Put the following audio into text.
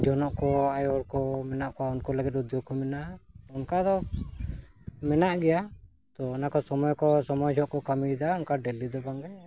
ᱡᱚᱱᱚᱜ ᱠᱚ ᱟᱭᱳ ᱦᱚᱲ ᱠᱚ ᱢᱮᱱᱟᱜ ᱠᱚᱣᱟ ᱩᱱᱠᱩ ᱞᱟᱹᱜᱤᱫ ᱚᱱᱠᱟ ᱫᱚ ᱢᱮᱱᱟᱜ ᱜᱮᱭᱟ ᱛᱚ ᱚᱱᱟ ᱠᱚ ᱥᱚᱢᱚᱭ ᱠᱚ ᱥᱚᱢᱚᱭ ᱦᱚᱸᱠᱚ ᱠᱟᱹᱢᱤᱭᱮᱫᱟ ᱚᱱᱠᱟ ᱰᱮᱞᱤ ᱫᱚ ᱵᱟᱝᱜᱮ